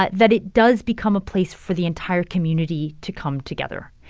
but that it does become a place for the entire community to come together.